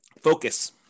Focus